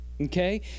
okay